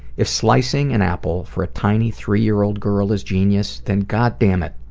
if slicing an apple for a tiny three-year-old girl is genius, then god damn it,